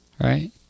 Right